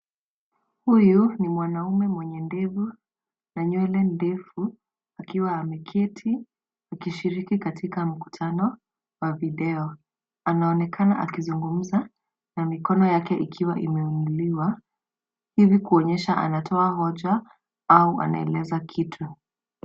Huyo ni mwanaume mwenye ndevu na nywele ndefu akiwa ameketi akishiriki katika mkutano wa video. Anaonekana akizungumza huku mikono yake ikiwa imenyanyuliwa, akionyesha kuwa anatoa hoja au anaeleza jambo.